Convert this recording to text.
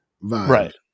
right